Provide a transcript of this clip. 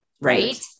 Right